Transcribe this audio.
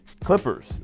clippers